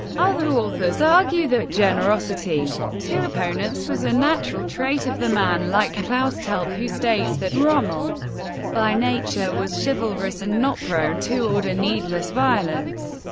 other authors argue that generosity to opponents was a natural trait of the man, like claus telp who states that rommel by nature was chivalrous and not prone to order needless violence,